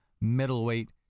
middleweight